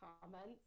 comments